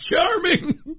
charming